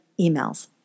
emails